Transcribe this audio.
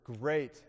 great